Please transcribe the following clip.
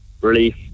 Relief